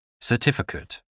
certificate